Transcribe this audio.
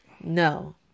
No